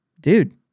Dude